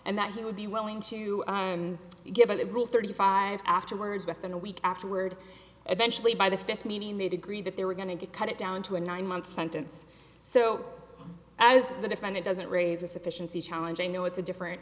and that he would be willing to give a liberal thirty five afterwards within a week afterward eventually by the fifth meaning the degree that they were going to cut it down to a nine month sentence so as the defendant doesn't raise a sufficiency challenge i know it's a different